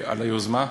על היוזמה.